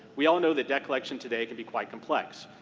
we all know that debt collection today can be quite complex.